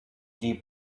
die